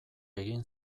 egin